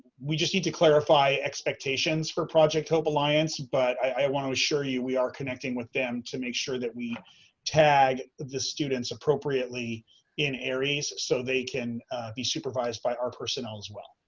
we just need to clarify expectations for project hope alliance, but i wanna assure you we are connecting with them to make sure that we tag the students appropriately in aries so they can be supervised by our personnel as well.